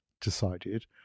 decided